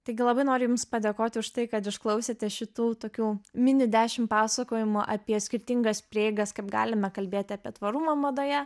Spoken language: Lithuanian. taigi labai noriu jums padėkoti už tai kad išklausėte šitų tokių mini dešim pasakojimų apie skirtingas prieigas kaip galime kalbėti apie tvarumą madoje